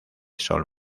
sol